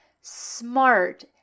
smart